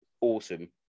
awesome